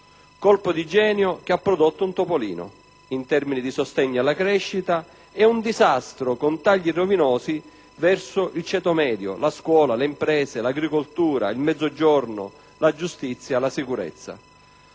colpo di genio che ha prodotto un topolino in termini di sostegno alla crescita e un disastro con tagli rovinosi verso il ceto medio, la scuola, le imprese, l'agricoltura, il Mezzogiorno, la giustizia e la sicurezza.